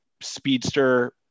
speedster